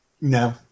No